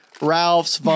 Ralph's